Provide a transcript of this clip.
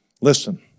Listen